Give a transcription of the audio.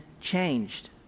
changed